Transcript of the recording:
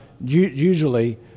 usually